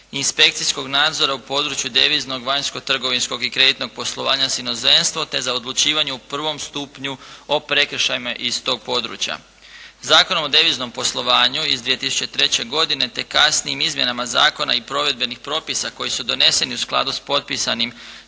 inspekcijskog nadzora u području deviznog, vanjskotrgovinskog i kreditnog poslovanja s inozemstvom te za odlučivanje u prvom stupnju o prekršajima iz tog područja. Zakonom o deviznom poslovanju iz 2003. godine te kasnijim izmjenama zakona i provedbenih propisa koji su doneseni u skladu s potpisanim